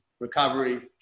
recovery